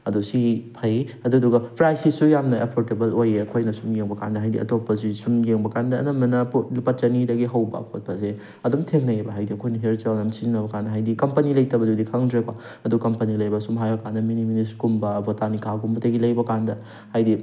ꯑꯗꯣ ꯁꯤ ꯐꯩ ꯑꯗꯨꯗꯨꯒ ꯄ꯭ꯔꯥꯏꯖꯁꯤꯁꯨ ꯌꯥꯝꯅ ꯑꯦꯐꯣꯔꯗꯦꯕꯜ ꯑꯣꯏꯌꯦ ꯑꯩꯈꯣꯏꯅ ꯁꯨꯝ ꯌꯦꯡꯕ ꯀꯥꯟꯗ ꯍꯥꯏꯗꯤ ꯑꯇꯣꯞꯄꯁꯤ ꯁꯨꯝ ꯌꯦꯡꯕ ꯀꯥꯟꯗ ꯑꯅꯝꯕꯅ ꯂꯨꯄꯥ ꯆꯅꯤꯗꯒꯤ ꯍꯧꯕ ꯈꯣꯠꯄꯁꯦ ꯑꯗꯨꯝ ꯊꯦꯡꯅꯩꯌꯦꯕ ꯍꯥꯏꯗꯤ ꯑꯩꯈꯣꯏꯅ ꯍꯦꯌꯔ ꯖꯦꯜ ꯑꯃ ꯁꯤꯖꯤꯟꯅꯕ ꯀꯥꯟꯗ ꯍꯥꯏꯗꯤ ꯀꯝꯄꯅꯤ ꯂꯩꯇꯕꯗꯨꯗꯤ ꯈꯪꯗ꯭ꯔꯦꯀꯣ ꯑꯗꯣ ꯀꯝꯄꯅꯤ ꯂꯩꯕ ꯁꯨꯝ ꯍꯥꯏꯔ ꯀꯥꯟꯗ ꯃꯤꯅꯤꯃꯂꯤꯁꯀꯨꯝꯕ ꯕꯣꯇꯥꯅꯤꯀꯥꯒꯨꯝꯕꯗꯒꯤ ꯂꯩꯕꯀꯥꯟꯗ ꯍꯥꯏꯗꯤ